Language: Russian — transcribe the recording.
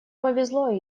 повезло